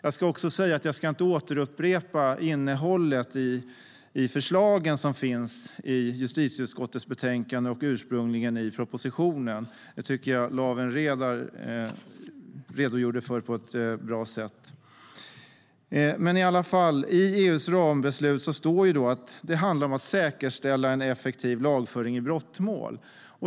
Jag ska inte upprepa innehållet i förslagen som finns i justitieutskottets betänkande och ursprungligen i propositionen. Dem redogjorde Lawen Redar för på ett bra sätt. I EU:s rambeslut står det att det handlar om att "säkerställa en effektiv lagföring i brottmål".